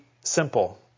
simple